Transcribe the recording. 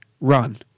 run